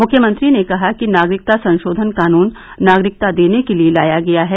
मुख्यमंत्री ने कहा कि नागरिकता संशोधन कानुन नागरिकता देने के लिए लाया गया है